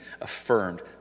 affirmed